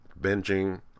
binging